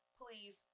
please